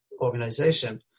organization